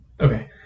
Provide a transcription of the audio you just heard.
okay